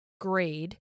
grade